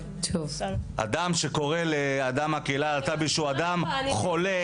אדם שקורא למישהו מהקהילה הלהט"בית: אדם חולה